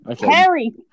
Harry